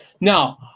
Now